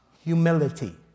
humility